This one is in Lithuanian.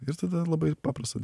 ir tada labai paprasta